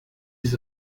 his